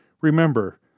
Remember